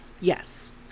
Yes